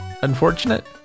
Unfortunate